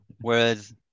Whereas